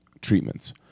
treatments